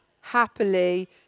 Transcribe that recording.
Happily